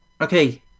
okay